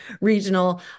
regional